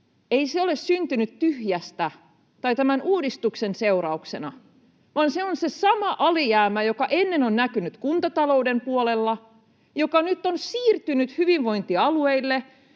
ole syntynyt tyhjästä tai tämän uudistuksen seurauksena, vaan se on se sama alijäämä, joka ennen on näkynyt kuntatalouden puolella ja joka nyt on siirtynyt hyvinvointialueille.